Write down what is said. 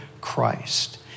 Christ